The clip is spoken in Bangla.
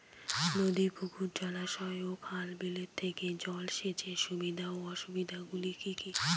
নদী পুকুর জলাশয় ও খাল বিলের থেকে জল সেচের সুবিধা ও অসুবিধা গুলি কি কি?